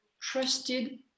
trusted